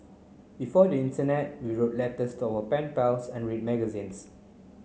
before the internet we wrote letters to our pen pals and read magazines